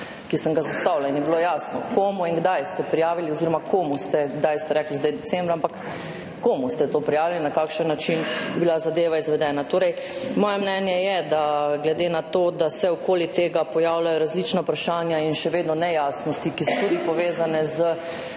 ki sem ga zastavila in je bilo jasno, komu in kdaj ste prijavili oziroma komu, ker kdaj ste zdaj rekli, decembra, ampak komu ste to prijavili in na kakšen način je bila zadeva izvedena. Torej, moje mnenje je, da glede na to, da se okoli tega pojavljajo različna vprašanja in še vedno nejasnosti, ki so povezane